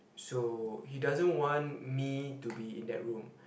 so he doesn't want me to be in that room